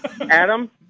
Adam